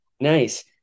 Nice